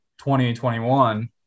2021